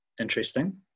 interesting